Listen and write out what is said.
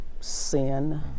sin